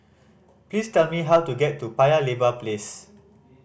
please tell me how to get to Paya Lebar Place